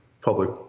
public